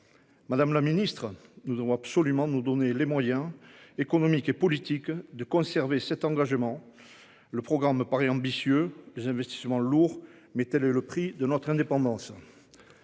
Madame la Ministre, nous devons absolument nous donner les moyens économiques et politiques de conserver cet engagement le programme paraît ambitieux des investissements lourds, mais le prix de notre indépendance.